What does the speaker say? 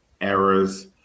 errors